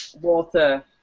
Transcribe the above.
water